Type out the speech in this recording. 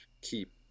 keep